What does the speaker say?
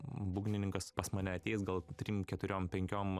būgnininkas pas mane ateis gal trim keturiom penkiom